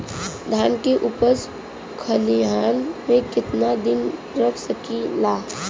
धान के उपज खलिहान मे कितना दिन रख सकि ला?